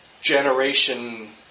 generation